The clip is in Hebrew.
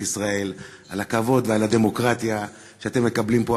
ישראל על הכבוד ועל הדמוקרטיה שאתם מקבלים פה.